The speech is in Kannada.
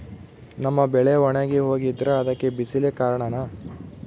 ನಮ್ಮ ಬೆಳೆ ಒಣಗಿ ಹೋಗ್ತಿದ್ರ ಅದ್ಕೆ ಬಿಸಿಲೆ ಕಾರಣನ?